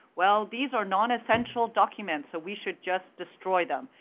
well, these are non-essential documents, so we should just destroy them.